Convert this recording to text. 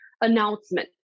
announcement